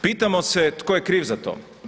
Pitamo se tko je kriv za to?